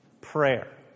prayer